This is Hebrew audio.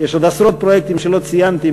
יש עוד עשרות פרויקטים שלא ציינתי,